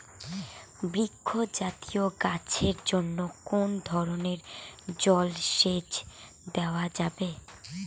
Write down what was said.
বৃক্ষ জাতীয় গাছের জন্য কোন ধরণের জল সেচ দেওয়া যাবে?